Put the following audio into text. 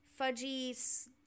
fudgy